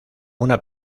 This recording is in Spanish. una